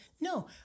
No